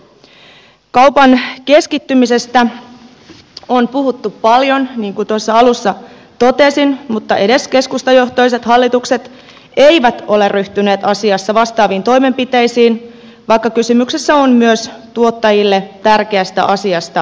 kaupan keskittymisestä on puhuttu paljon niin kuin tuossa alussa totesin mutta edes keskustajohtoiset hallitukset eivät ole ryhtyneet asiassa vastaaviin toimenpiteisiin vaikka kysymys on myös tuottajille tärkeästä asiasta